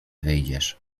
wyjdziesz